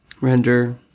render